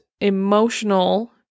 emotional